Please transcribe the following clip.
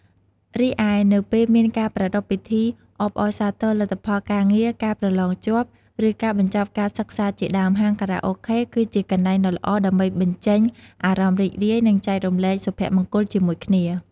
រីឯ នៅពេលមានការប្រារព្ធពិធីអបអរសារទរលទ្ធផលការងារ ការប្រឡងជាប់ ឬការបញ្ចប់ការសិក្សាជាដើម ហាងខារ៉ាអូខេគឺជាកន្លែងដ៏ល្អដើម្បីបញ្ចេញអារម្មណ៍រីករាយ និងចែករំលែកសុភមង្គលជាមួយគ្នា។